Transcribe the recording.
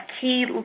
key